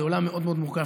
זה עולם מאוד מאוד מורכב,